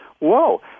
whoa